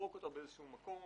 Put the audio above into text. לזרוק אותה באיזה שהוא מקום,